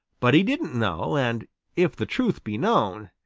but he didn't know, and if the truth be known,